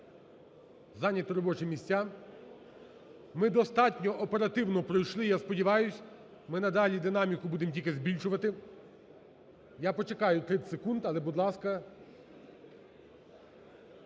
зайняти робочі місця. Ми достатньо оперативно пройшли, я сподіваюсь, ми надалі динаміку будемо тільки збільшувати. Я почекаю 30 секунд, але, будь ласка…